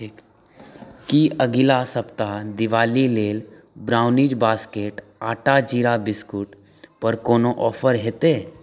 की अगिला सप्ताह दिवाली लेल ब्राउनीज बास्केट आटा जीरा बिस्कुट पर कोनो ऑफर हेतै